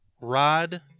rod